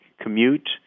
commute